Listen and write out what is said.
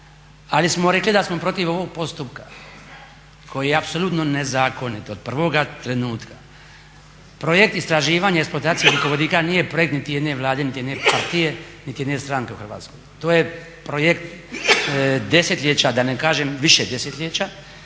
ali smo rekli da smo protiv ovog postupka koji je apsolutno nezakonit od prvog trenutka. Projekt istraživanja eksploatacije ugljikovodika nije projekt niti jedne vlade niti neke partije niti jedne stranke u Hrvatskoj, to je projekt desetljeća da ne kažem više desetljeća